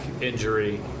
injury